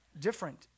different